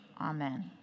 Amen